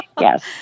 yes